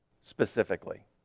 specifically